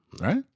Right